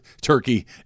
turkey